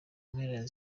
mpera